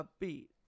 upbeat